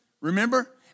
Remember